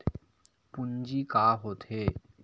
पूंजी का होथे?